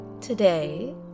Today